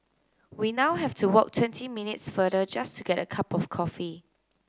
we now have to walk twenty minutes farther just to get a cup of coffee